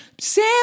Sam